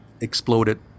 exploded